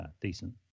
decent